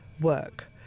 work